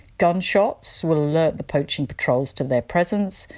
gunshots will alert the poaching patrols to their presence,